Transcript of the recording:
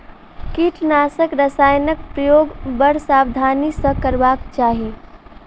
कीटनाशक रसायनक प्रयोग बड़ सावधानी सॅ करबाक चाही